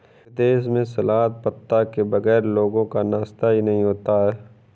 विदेशों में सलाद पत्ता के बगैर लोगों का नाश्ता ही नहीं होता